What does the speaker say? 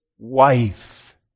Wife